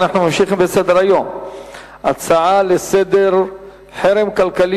אנחנו ממשיכים בסדר-היום: חרם כלכלי